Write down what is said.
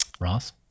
Ross